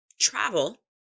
travel